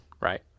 right